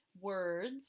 words